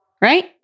Right